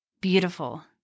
beautiful